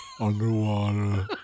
underwater